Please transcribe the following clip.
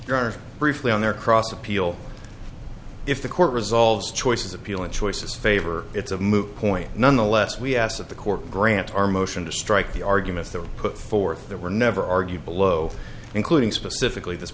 are briefly on our cross appeal if the court resolves choices appeal and choices favor it's a moot point nonetheless we ask that the court grant our motion to strike the arguments that were put forth there were never argued below including specifically